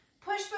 push